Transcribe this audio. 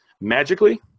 magically